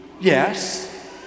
Yes